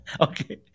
Okay